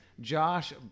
Josh